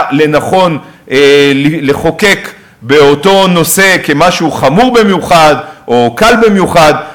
לנכון לחוקק באותו נושא כמשהו חמור במיוחד או קל במיוחד.